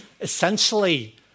essentially